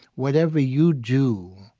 whatever you do,